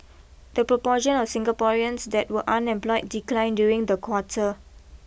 the proportion of Singaporeans that were unemployed declined during the quarter